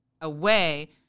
Away